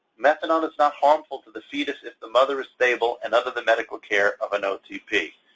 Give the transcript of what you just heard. methadone is not harmful to the fetus, if the mother is stable and under the medical care of an otp.